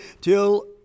till